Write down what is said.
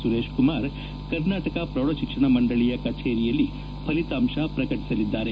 ಸುರೇಶ್ ಕುಮಾರ್ ಕರ್ನಾಟಕ ಪ್ರೌಢಶಿಕ್ಷಣ ಮಂಡಳಿಯ ಕಚೇರಿಯಲ್ಲಿ ಫಲಿತಾಂಶ ಪ್ರಕಟಿಸಲಿದ್ದಾರೆ